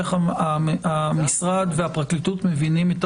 איך המשרד והפרקליטות מבינים,